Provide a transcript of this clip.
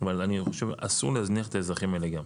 אבל אני חושב, אסור להזניח את האזרחים האלה גם.